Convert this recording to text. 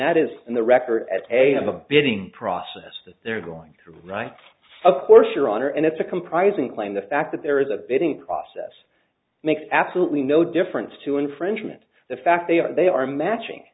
that is in the record at am a bidding process that they're going through right of course your honor and it's a comprising claim the fact that there is a bidding process makes absolutely no difference to infringement the fact they are they are matching